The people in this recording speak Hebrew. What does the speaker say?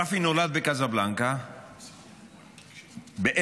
רפי נולד בקזבלנקה ב-1935.